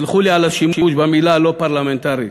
סלחו לי על השימוש במילה הלא-פרלמנטרית.